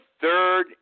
third